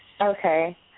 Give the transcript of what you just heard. Okay